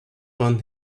want